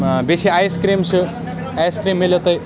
بیٚیہِ چھِ ice cream چھُ آیس کِرٛیٖم مِلیو تۄہہِ